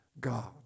God